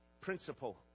principle